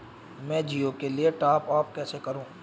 मैं जिओ के लिए टॉप अप कैसे करूँ?